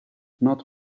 not